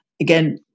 again